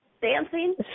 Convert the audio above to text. dancing